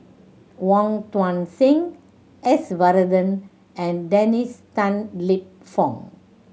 Wong Tuang Seng S Varathan and Dennis Tan Lip Fong